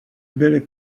byly